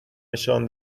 نشان